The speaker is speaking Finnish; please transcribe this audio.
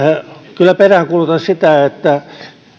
kyllä peräänkuulutan sitä että